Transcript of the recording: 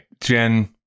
Jen